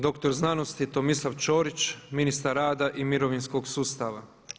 Doktor znanosti Tomislav Ćorić, ministar rada i mirovinskog sustava.